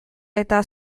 eta